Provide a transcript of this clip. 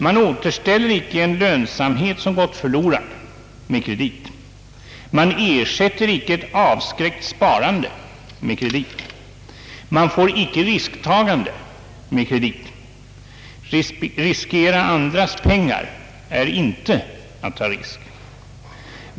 Man återställer icke en lönsamhet, som gått förlorad, med kredit. Man ersätter icke ett avskräckt sparande med kredit. Man får icke risktagande med kredit. Riskera andras pengar är inte att ta risk.